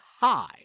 high